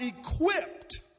equipped